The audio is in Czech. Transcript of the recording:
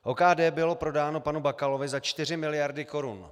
OKD bylo prodáno panu Bakalovi za 4 mld. korun.